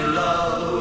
love